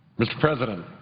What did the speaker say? mr. president.